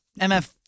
MF